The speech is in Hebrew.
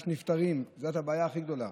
יש נפטרים וזאת הבעיה הכי גדולה.